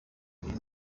uyu